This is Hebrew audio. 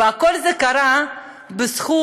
וכל זה קרה בזכות